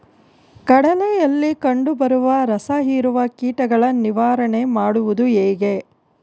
ಕಡಲೆಯಲ್ಲಿ ಕಂಡುಬರುವ ರಸಹೀರುವ ಕೀಟಗಳ ನಿವಾರಣೆ ಮಾಡುವುದು ಹೇಗೆ?